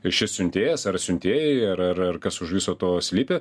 ir šis siuntėjas ar siuntėjai ar ar ar kas už viso to slypi